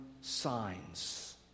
signs